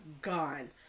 gone